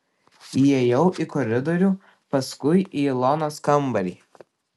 įėjau į koridorių paskui į ilonos kambarį